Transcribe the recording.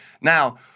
Now –